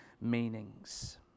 meanings